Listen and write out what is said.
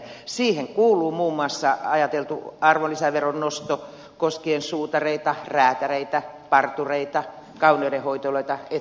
siihen kuuluu muun muassa ajateltu arvonlisäveron nosto koskien suutareita räätäleitä partureita kauneudenhoitoloita et cetera